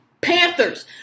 Panthers